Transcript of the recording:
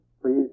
please